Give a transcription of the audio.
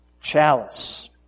Chalice